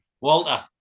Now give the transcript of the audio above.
Walter